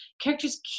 characters